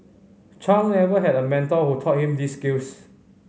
Chung never had a mentor who taught him these skills